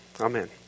amen